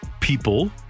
people